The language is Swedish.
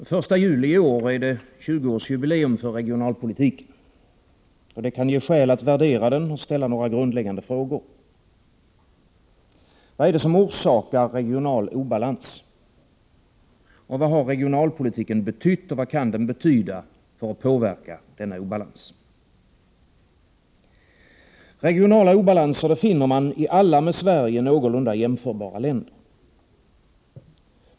Herr talman! Den 1 juli i år är det 20-årsjubileum för regionalpolitiken. Det kan ge skäl att värdera den och att ställa några grundläggande frågor. Vad är det som orsakar regional obalans? Vad har regionalpolitiken betytt och vad kan den betyda för att påverka denna obalans? Regionala obalanser finner man i alla med Sverige någorlunda jämförbara länder.